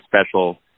special